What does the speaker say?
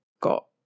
got